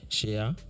share